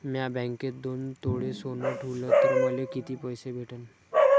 म्या बँकेत दोन तोळे सोनं ठुलं तर मले किती पैसे भेटन